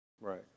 Right